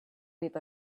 with